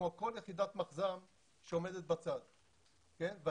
מחשבים 15% לתחזוקה ותקלות.